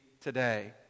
today